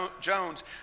Jones